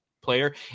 player